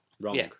wrong